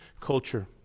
culture